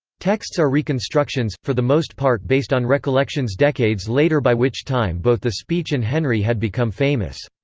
texts are reconstructions, for the most part based on recollections decades later by which time both the speech and henry had become famous.